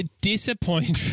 disappointing